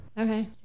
okay